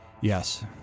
Yes